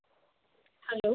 hello